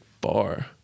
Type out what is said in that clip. bar